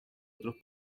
otros